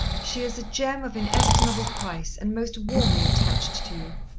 she is a gem of inestimable price, and most warmly attached to you.